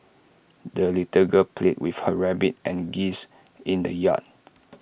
the little girl played with her rabbit and geese in the yard